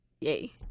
yay